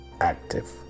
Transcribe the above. active